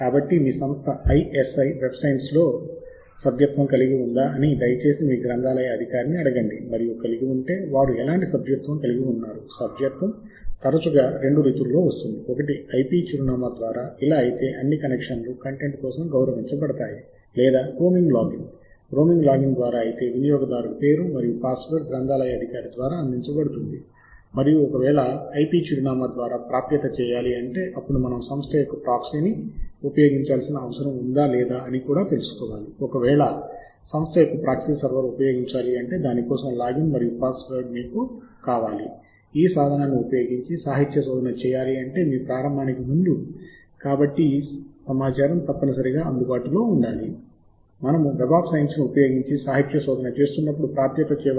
కాబట్టి మీకు స్కోపస్ లో సభ్యత్వం ఉందా లేదా అని మీ గ్రంధాలయ అధికారి ని అడగండి మరియు సమాధానము అవును అయితే IP చిరునామా ద్వారా లేదా రోమింగ్ లాగిన్ ద్వారా ప్రాప్యత మరియు ప్రాప్యత IP చిరునామా ద్వారా ఉంటే మీరు దీన్ని ప్రాక్సీ ద్వారా ప్రాప్యత చేయాల్సిన అవసరం ఉందా మరియు అది ప్రాక్సీ ద్వారా ఉంటే దీనికి యూజర్ పేరు మరియు పాస్వర్డ్ అవసరం మరియు మీకు అలాంటి యూజర్ పేరు మరియు పాస్వర్డ్ ఉంటే ఈ ప్రత్యేక పోర్టల్ ఉపయోగించి సాహిత్య శోధనను ప్రారంభించగలుగుతారు